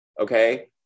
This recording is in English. Okay